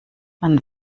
man